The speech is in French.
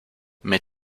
mais